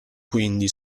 quindi